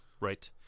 Right